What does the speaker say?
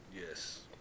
Yes